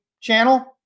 channel